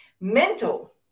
Mental